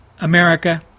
America